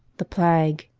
the plague!